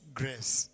grace